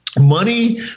money